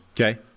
Okay